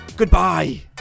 Goodbye